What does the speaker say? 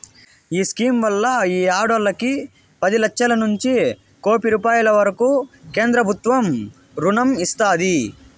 ఈ స్కీమ్ వల్ల ఈ ఆడోల్లకి పది లచ్చలనుంచి కోపి రూపాయిల వరకూ కేంద్రబుత్వం రుణం ఇస్తాది